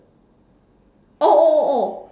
oh oh oh oh